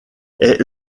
est